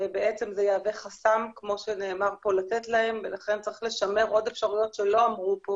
זה יהווה חסם עבורם ולכן צריך לשמר עוד אפשרויות שלא נאמרו פה